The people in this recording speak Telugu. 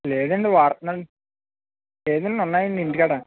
లేదండి వాడత్నా లేదండి ఉన్నాయండి ఇంటికాడ